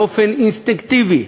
באופן אינסטינקטיבי,